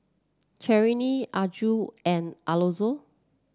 Cherelle Arjun and Alonzo